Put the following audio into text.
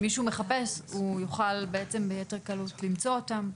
מישהו מחפש הוא יוכל בעצם ביתר קלות למצוא אותם.